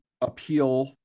appeal